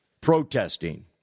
protesting